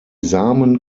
samen